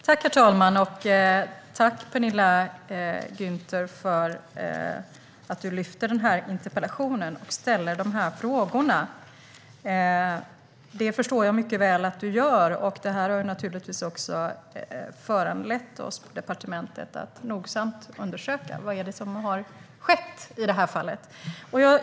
Herr talman! Jag tackar Penilla Gunther för att hon har skrivit denna interpellation och för att hon ställer dessa frågor. Jag förstår mycket väl att hon gör det. Detta har naturligtvis också föranlett oss på departementet att nogsamt undersöka vad det är som har skett i detta fall.